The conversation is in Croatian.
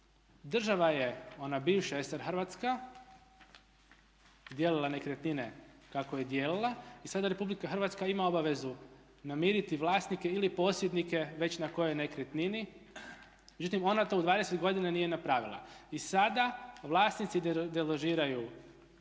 Država je ona bivša SR Hrvatska dijelila nekretnine kako je dijelila i sada Republika Hrvatska ima obvezu namiriti vlasnike ili posjednike već na kojoj nekretnini. Međutim, ona to u 20 godina nije napravila. I sada vlasnici deložiraju